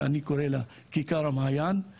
שאני קורא לה כיכר המעיין,